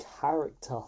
character